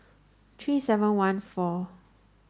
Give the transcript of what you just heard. three seven one four